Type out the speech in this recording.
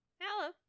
Hello